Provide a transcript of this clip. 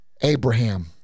Abraham